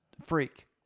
freak